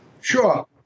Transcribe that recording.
Sure